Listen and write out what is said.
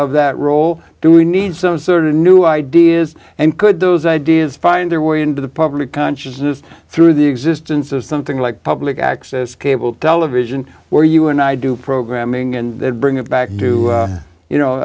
of that role do we need some sort of new ideas and could those ideas find their way into the public consciousness through the existence of something like public access cable television where you and i do programming and bring it back to you know